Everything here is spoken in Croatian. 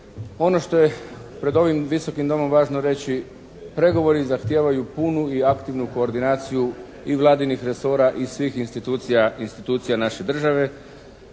Ono što je pred ovim Visokim domom važno reći, pregovori zahtijevaju punu i aktivnu koordinaciju i Vladinih resora i svih institucija naše države.